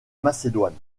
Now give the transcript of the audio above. macédoine